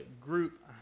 group